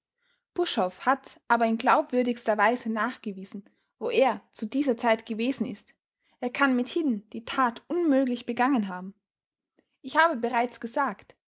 buschhoff hat aber in glaubwürdigster weise nachgewiesen wo er zu dieser zeit gewesen ist er kann mithin die tat unmöglich begangen haben ich habe bereits gesagt